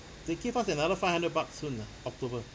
they give us another five hundred bucks soon ah october